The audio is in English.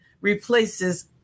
replaces